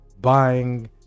buying